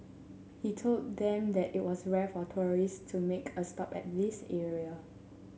he told them that it was rare for tourist to make a stop at this area